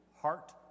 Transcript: heart